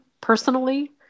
personally